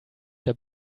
der